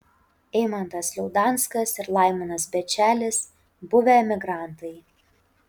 eimantas liaudanskas ir laimonas bečelis buvę emigrantai